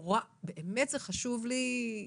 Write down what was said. זה חשוב לי באמת.